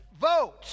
Vote